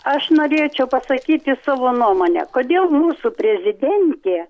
aš norėčiau pasakyti savo nuomonę kodėl mūsų prezidentė